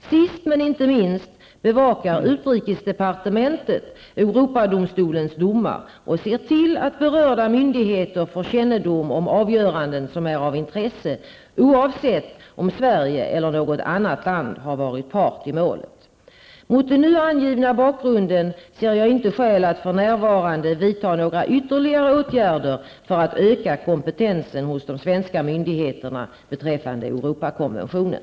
Sist men inte minst bevakar utrikesdepartementet Europadomstolens domar och ser till att berörda myndigheter får kännedom om avgöranden som är av intresse, oavsett om Sverige eller något annat land har varit part i målet. Mot den nu angivna bakgrunden ser jag inte skäl att för närvarande vidta några ytterligare åtgärder för att öka kompetensen hos de svenska myndigheterna beträffande Europakonventionen.